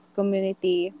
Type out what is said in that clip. community